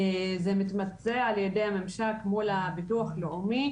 זה מתבצע על ידי הממשק מול הביטוח הלאומי.